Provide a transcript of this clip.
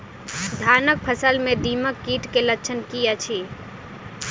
धानक फसल मे दीमक कीट केँ लक्षण की अछि?